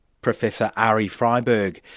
professor ari frieburg,